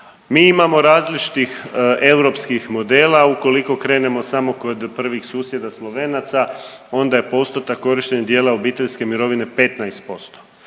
Mi imamo različitih europskih modela. Ukoliko krenemo samo kod prvih susjeda Slovenaca onda je postotak korištenja dijela obiteljske mirovine 15%.